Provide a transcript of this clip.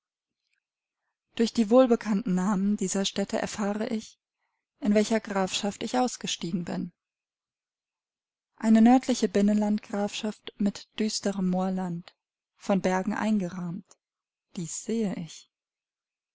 durch die wohlbekannten namen dieser städte erfahre ich in welcher grafschaft ich ausgestiegen bin eine nördliche binnenland grafschaft mit düsterem moorland von bergen eingerahmt dies sehe ich